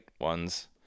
ones